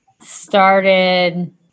started